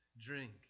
drink